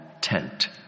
tent